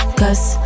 cause